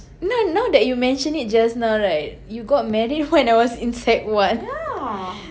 now now that you mentioned it just now right you got married when I was in sec one